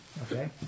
Okay